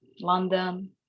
london